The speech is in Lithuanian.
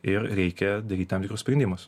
ir reikia daryt tam tikrus sprendimus